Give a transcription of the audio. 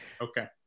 okay